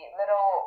little